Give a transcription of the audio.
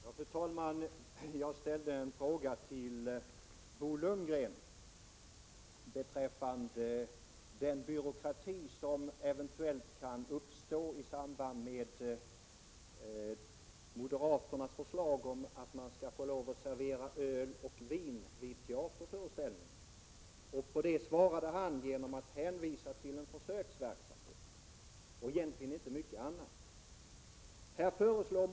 Fru talman! Jag ställde en fråga till Bo Lundgren om den byråkrati som kan uppstå om moderaternas förslag att man skall få lov att servera öl och vin vid teaterföreställningar genomförs. På det svarade han genom att huvudsakligen hänvisa till en försöksverksamhet.